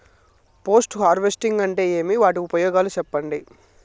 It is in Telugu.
పోస్ట్ హార్వెస్టింగ్ అంటే ఏమి? వాటి ఉపయోగాలు చెప్పండి?